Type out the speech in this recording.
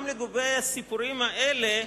גם לגבי הסיפורים האלה,